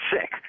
sick